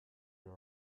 your